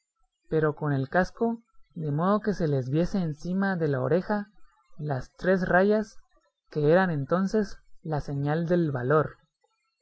pero con el casco de modo que se les viese encima de la oreja las tres rayas que eran entonces la señal del valor